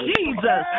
Jesus